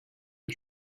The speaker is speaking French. que